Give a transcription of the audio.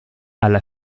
alla